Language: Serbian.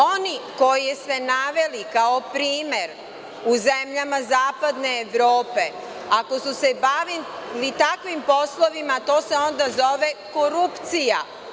Oni koje ste naveli kao primer u zemljama zapadne Evrope, ako su se bavili takvim poslovima, to se onda zove korupcija.